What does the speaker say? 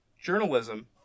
journalism